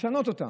לשנות אותם.